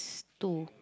two